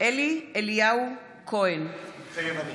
אלי אליהו כהן, מתחייב אני